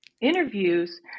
interviews